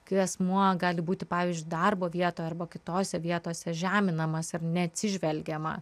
kai asmuo gali būti pavyzdžiui darbo vietoj arba kitose vietose žeminamas ir neatsižvelgiama